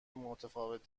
متفاوت